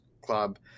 club